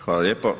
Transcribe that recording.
Hvala lijepo.